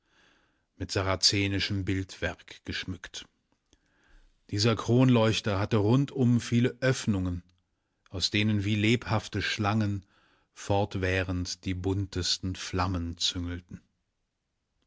mit sarazenischem bildwerk geschmückt dieser kronleuchter hatte rundum viele öffnungen aus denen wie lebhafte schlangen fortwährend die buntesten flammen züngelten